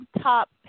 Top